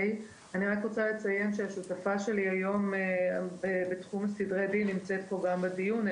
אני רק רוצה לציין שהשותפה שלי היום בתחום סדרי הדין נמצאת פה גם בדיון.